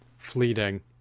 fleeting